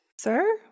sir